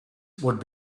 would